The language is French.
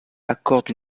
accorde